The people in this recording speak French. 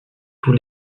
tous